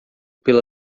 pela